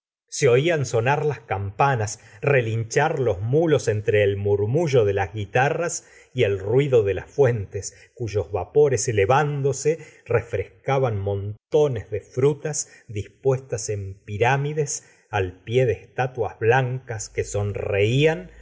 se oían sonar las campanas relinchar los mulos entre el murmullo de las guitarras y el ruido de las fuentes cuyos vapores elevándose refrescaban montones de frutas dispuesta en pirámides al pie de estatuas blancas que sonreían